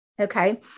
Okay